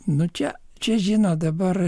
na čia čia žinot dabar